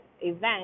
event